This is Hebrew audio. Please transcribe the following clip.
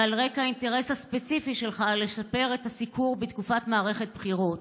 ועל רקע אינטרס הספציפי שלך לשפר את הסיקור בתקופת מערכת בחירות.